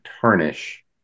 tarnish